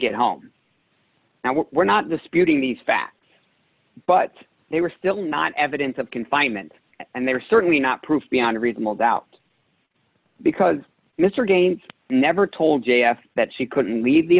get home and we were not disputing these facts but they were still not evidence of confinement and they are certainly not proof beyond a reasonable doubt because mr gaines never told j s that she couldn't leave the